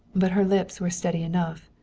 but her lips were steady enough.